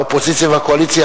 האופוזיציה והקואליציה,